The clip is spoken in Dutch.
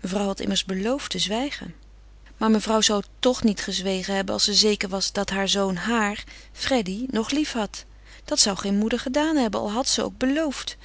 mevrouw had immers beloofd te zwijgen maar mevrouw zou toch niet gezwegen hebben als ze zeker was dat heur zoon haar freddy nog liefhad dat zou geene moeder gedaan hebben al had ze ook beloofd